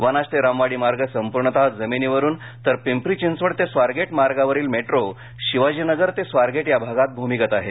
वनाज ते रामवाडी मार्ग संपूर्णतः जमिनीवरून तर पिंपरी चिंचवड ते स्वारगेट मार्गावरील मेट्रो शिवाजीनगर ते स्वारगेट या भागात भूमिगत आहे